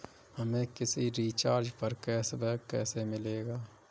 हमें किसी रिचार्ज पर कैशबैक कैसे मिलेगा?